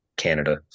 canada